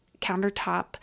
countertop